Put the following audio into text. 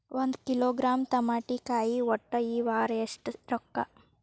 ಒಂದ್ ಕಿಲೋಗ್ರಾಂ ತಮಾಟಿಕಾಯಿ ಒಟ್ಟ ಈ ವಾರ ಎಷ್ಟ ರೊಕ್ಕಾ?